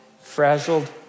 frazzled